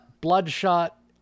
Bloodshot